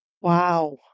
wow